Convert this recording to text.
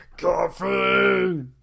Coffee